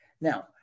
Now